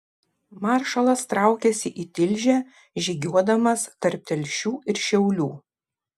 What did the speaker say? maršalas traukėsi į tilžę žygiuodamas tarp telšių ir šiaulių